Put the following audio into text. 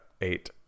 eight